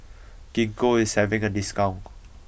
gingko is having a discount